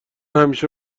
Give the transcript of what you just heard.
همیشه